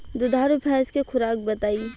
दुधारू भैंस के खुराक बताई?